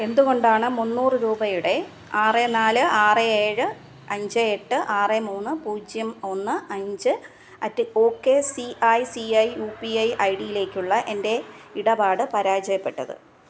എന്തുകൊണ്ടാണ് മുന്നൂറ് രൂപയുടെ ആറ് നാല് ആറ് ഏഴ് അഞ്ചേ എട്ട് ആറ് മൂന്ന് പൂജ്യം ഒന്ന് അഞ്ച് at O K C I C I U P I I ഡിയിലേക്കുള്ള എൻ്റെ ഇടപാട് പരാജയപ്പെട്ടത്